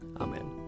Amen